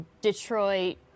Detroit